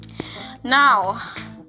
now